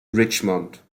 richmond